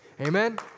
Amen